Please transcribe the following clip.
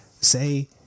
say